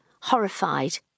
horrified